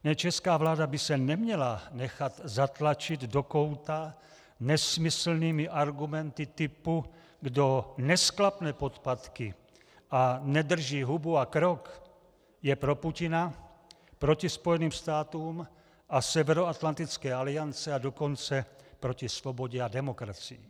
Ne, česká vláda by se neměla nechat zatlačit do kouta nesmyslnými argumenty typu: kdo nesklapne podpatky a nedrží hubu a krok, je pro Putina, proti Spojeným státům a Severoatlantické alianci, a dokonce proti svobodě a demokracii.